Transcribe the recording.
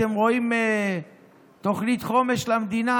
אתם רואים תוכנית חומש למדינה?